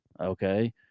Okay